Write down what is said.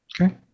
Okay